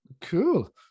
Cool